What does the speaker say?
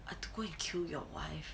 have to go kill your wife